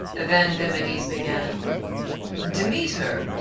then demades began demeter,